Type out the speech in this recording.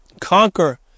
conquer